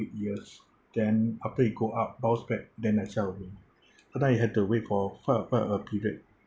years then after it go up then I zhao already turn out I had to wait for quite a quite a period